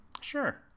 Sure